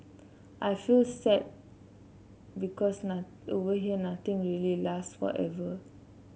I feel sad because over here nothing really last forever